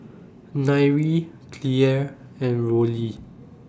Nyree Clair and Rollie